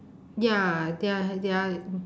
ya they're they're